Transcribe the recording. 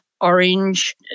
Orange